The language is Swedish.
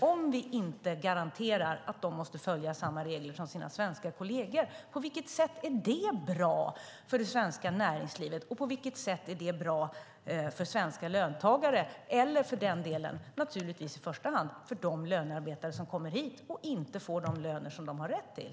Om vi inte kräver att dessa måste följa samma regler som deras svenska kolleger, på vilket sätt är det bra för det svenska näringslivet? På vilket sätt är det bra för svenska löntagare eller i första hand för de lönearbetare som kommer hit och inte får de löner som de har rätt till?